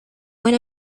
buen